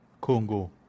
Congo